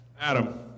Adam